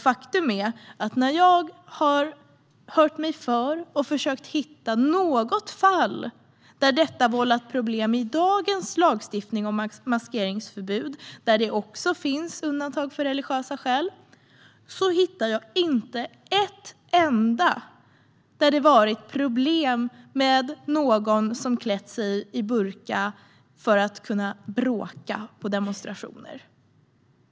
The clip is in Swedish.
Faktum är att när jag har hört mig för och försökt att hitta något fall där detta har vållat problem i dagens lagstiftning om maskeringsförbud, där det också finns undantag för religiösa skäl, hittar jag inte ett enda fall där det har varit problem med någon som har klätt sig i burka för att kunna bråka på demonstrationer.